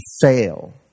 fail